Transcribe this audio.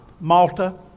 Malta